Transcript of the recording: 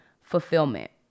fulfillment